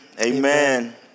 Amen